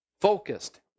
focused